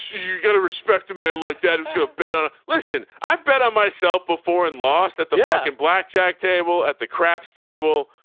you got to respect me. i looked at him through a better listen. i bet on myself before and lost at the fucking like and blackjack table at the craps table.